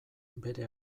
bere